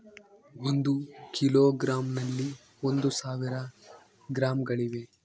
ಒಂದು ಕಿಲೋಗ್ರಾಂ ನಲ್ಲಿ ಒಂದು ಸಾವಿರ ಗ್ರಾಂಗಳಿವೆ